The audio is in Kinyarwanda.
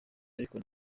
ariko